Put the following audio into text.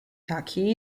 taki